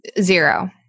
Zero